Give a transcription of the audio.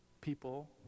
People